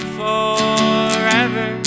forever